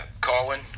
Colin